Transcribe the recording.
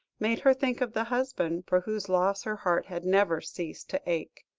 made her think of the husband, for whose loss her heart had never ceased to ache.